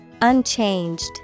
Unchanged